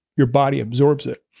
your body absorbs it.